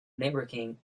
networking